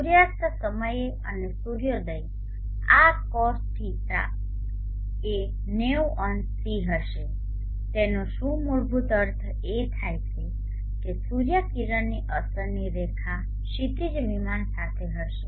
સૂર્યાસ્ત સમયે અને સૂર્યોદય આ θZ એ 900C હશે તેનો શું મૂળભૂત અર્થ એ થાય કે સૂર્યકિરણની અસરની રેખા ક્ષિતીજ વિમાન સાથે હશે